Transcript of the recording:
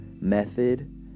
method